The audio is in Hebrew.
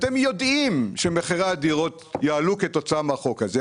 שאתם יודעים שמחירי הדירות יעלו כתוצאה מהחוק הזה,